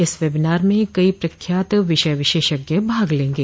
इस वेबिनार में कई प्रख्यात विषय विशेषज्ञ भाग लेंगे